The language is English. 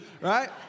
right